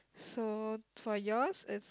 so for yours it's